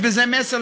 יש בזה מסר,